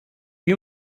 you